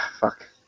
fuck